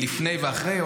לפני ואחרי,